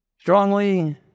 strongly